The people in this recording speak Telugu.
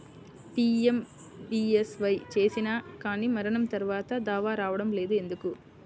పీ.ఎం.బీ.ఎస్.వై చేసినా కానీ మరణం తర్వాత దావా రావటం లేదు ఎందుకు?